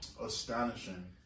astonishing